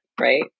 right